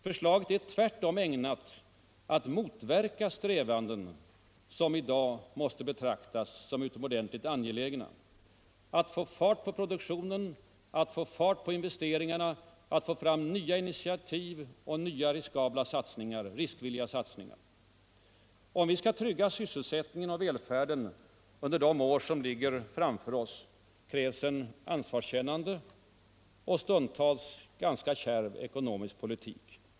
Förslaget är tvärtom ägnat att motverka strävanden som i dag måste betraktas som utomordentligt angelägna — att få fart på produktionen, att få fart på investeringarna, att få fram nya initiativ och nya riskvilliga satsningar. Om vi skall trygga sysselsättningen och välfärden under de år som ligger framför oss, krävs en ansvarskännande och stundtals ganska kärv ekonomisk politik.